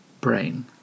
brain